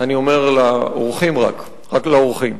אני אומר לאורחים רק, רק לאורחים.